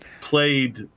played